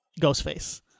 Ghostface